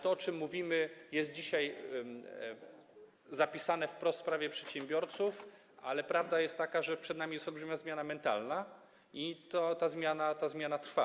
To, o czym mówimy, jest dzisiaj zapisane wprost w Prawie przedsiębiorców, ale prawda jest taka, że przed nami jest olbrzymia zmiana mentalna i ta zmiana trwa.